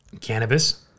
Cannabis